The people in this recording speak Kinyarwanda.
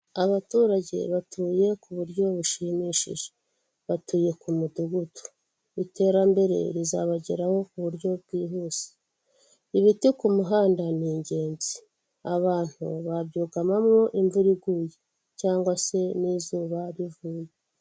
Abaturage batuye ku buryo bushimishije batuye ku mudugudu iterambere rizabageraho ku buryo bwihuse, ibiti ku muhanda ni ingenzi abantu babyugamamo imvura iguye cyangwa se n'izuba rivuye.